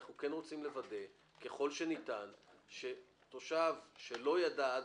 אנחנו כן רוצים לוודא ככל שניתן שתושב שלא ידע עד